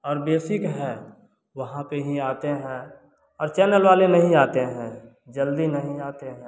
और बेसिक है वहाँ पे ही आते हैं और चैनल वाले नहीं आते हैं जल्दी नहीं आते हैं